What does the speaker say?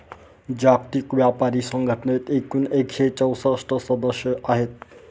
जागतिक व्यापार संघटनेत एकूण एकशे चौसष्ट सदस्य आहेत